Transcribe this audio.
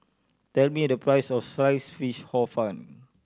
tell me the price of Sliced Fish Hor Fun